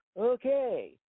Okay